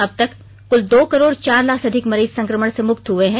अब तक कुल दो करोड़ चार लाख से अधिक मरीज संक्रमण से मुक्त हुए हैं